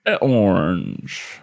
orange